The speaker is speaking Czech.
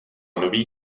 nový